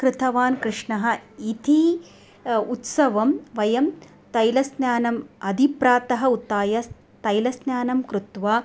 कृत्वा कृष्णः इति उत्सवं वयं तैलस्नानम् अधिप्रातः उत्थाय तैलस्नानं कृत्वा